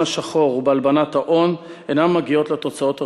השחור ובהלבנת ההון אינן מגיעות לתוצאות הרצויות.